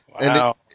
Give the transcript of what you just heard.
Wow